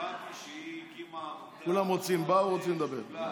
כולם באו, רוצים לדבר.